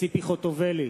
ציפי חוטובלי,